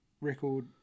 record